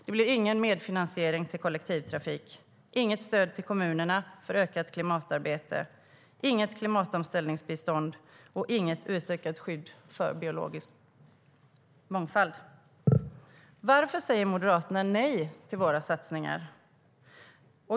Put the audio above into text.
Det blir ingen medfinansiering till kollektivtrafik, inget stöd till kommunerna för ökat klimatarbete, inget klimatomställningsbistånd och inget utvecklat skydd för biologisk mångfald. Varför säger Moderaterna nej till våra satsningar?